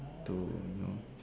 do you know